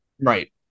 Right